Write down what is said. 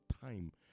time